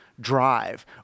drive